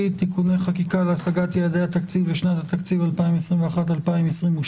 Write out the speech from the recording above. (תיקוני חקיקה להשגת יעדי התקציב לשנת התקציב 2021 ו-2022)